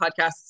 podcasts